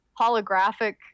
holographic